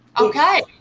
okay